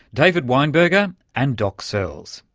david weinberger and doc searls